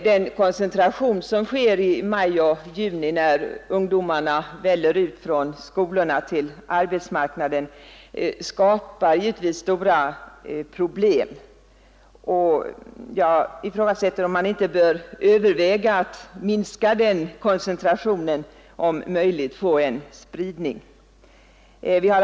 Den koncentration vi nu får i maj och juni, när ungdomarna väller ut från skolorna till arbetsmarknaden skapar stora problem, och jag ifrågasätter om man inte bör överväga att minska den koncentrationen och om möjligt åstadkomma en spridning.